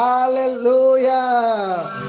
Hallelujah